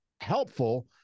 helpful